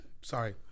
Sorry